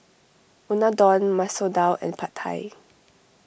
Unadon Masoor Dal and Pad Thai